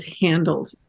handled